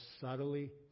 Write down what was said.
subtly